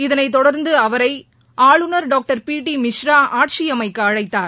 இதனைத் தொடர்ந்து அவரை ஆளுநர் டாக்டர் பி டி மிஸ்ரா ஆட்சியமைக்க அழைத்தார்